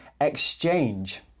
exchange